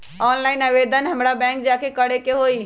Online आवेदन हमरा bank जाके करे के होई?